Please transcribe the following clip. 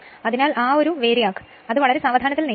അതിനാൽ ആ VARIAC അത് വളരെ സാവധാനത്തിൽ നീക്കണം